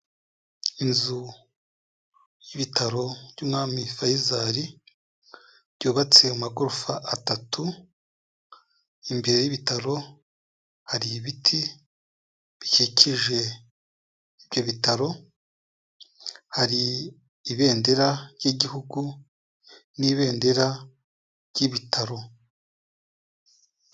Inzu y'ibitaro by'Umwamimi Faisal byubatse amagorofa atatu, imbere y'ibitaro hari ibiti bikikije ibyo bitaro, hari ibendera ry'Igihugu n'ibendera ry'ibitaro.